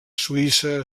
suïssa